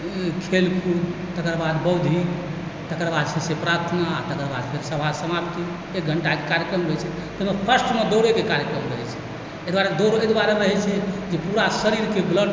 खेलकूद तकर बाद बौद्धिक तकर बाद जे छै से प्रार्थना तकर बाद फेर सभा समाप्ति एक घण्टाके कार्यक्रम होइत छै ताहिमे फर्स्टमे दौड़ैके कार्यक्रम रहैत छै तैँ दुआरे दौड़ एहि दुआरे रहैत छै जे पूरा शरीरके ब्लड